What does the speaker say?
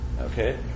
Okay